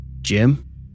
Jim